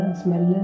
smell